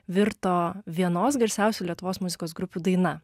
virto vienos garsiausių lietuvos muzikos grupių daina